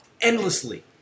endlessly